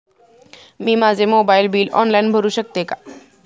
मी माझे mobile bill online भरू शकते का?